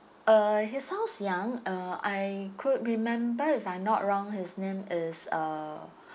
uh he sounds young uh I could remember if I'm not wrong his name is uh